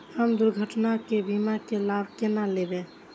हम दुर्घटना के बीमा के लाभ केना लैब?